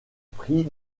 prix